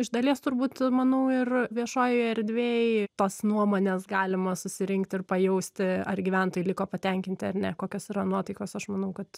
iš dalies turbūt manau ir viešojoj erdvėj tas nuomones galima susirinkti ir pajausti ar gyventojai liko patenkinti ar ne kokios yra nuotaikos aš manau kad